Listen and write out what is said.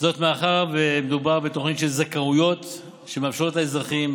מאחר שמדובר בתוכנית של זכאויות שמאפשרת לאזרחים,